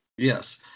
Yes